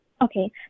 Okay